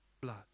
blood